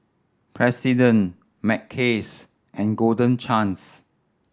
President Mackays and Golden Chance